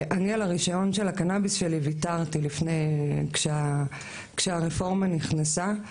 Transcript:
אני על הרישיון של הקנאביס שלי ויתרתי כשהרפורמה נכנסה,